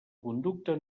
conducta